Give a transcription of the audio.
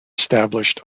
established